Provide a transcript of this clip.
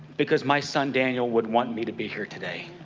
because my son daniel would want me to be here today.